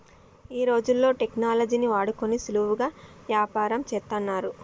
ఈ రోజుల్లో టెక్నాలజీని వాడుకొని సులువుగా యాపారంను చేత్తన్నారు